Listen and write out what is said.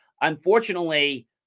Unfortunately